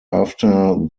after